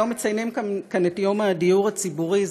היום מציינים כאן את יום הדיור הציבורי,